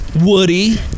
Woody